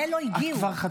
את כבר חצי דקה מעל.